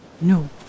No